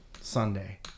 Sunday